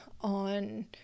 on